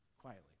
quietly